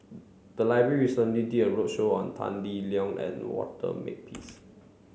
the library recently did a roadshow on Tan Lee Leng and Walter Makepeace